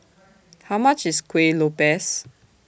How much IS Kuih Lopes